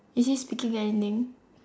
is he speaking anything